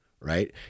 right